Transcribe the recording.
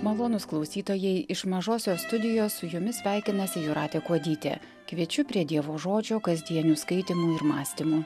malonūs klausytojai iš mažosios studijos su jumis sveikinasi jūratė kuodytė kviečiu prie dievo žodžio kasdienių skaitymų ir mąstymo